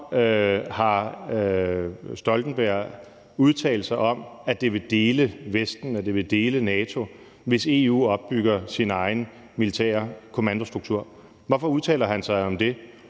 har Stoltenberg udtalt sig om, at det vil dele Vesten, at det vil dele NATO, hvis EU opbygger sin egen militære kommandostruktur? Hvorfor udtaler han sig om det?